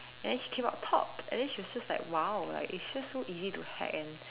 and then she came out top and then she was just like !wow! it's just so easy to hack and